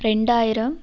ரெண்டாயிரம்